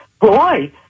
boy